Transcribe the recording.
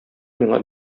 миңа